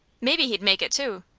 maybe he'd make it two.